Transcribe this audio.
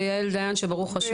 ויעל דיין שברוך ה'